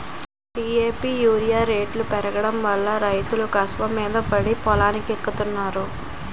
DAP urea రేట్లు పెరిగిపోడంవల్ల రైతులు కసవమీద పడి పొలానికెత్తన్నారు